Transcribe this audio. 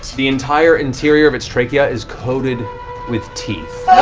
the entire interior of its trachea is coated with teeth.